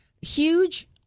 huge